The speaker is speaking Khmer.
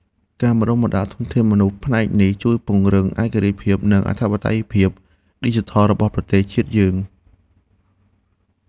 ការបណ្តុះបណ្តាលធនធានមនុស្សផ្នែកនេះជួយពង្រឹងឯករាជ្យភាព និងអធិបតេយ្យភាពឌីជីថលរបស់ប្រទេសជាតិយើង។